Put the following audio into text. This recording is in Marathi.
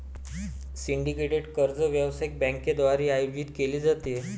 सिंडिकेटेड कर्ज व्यावसायिक बँकांद्वारे आयोजित केले जाते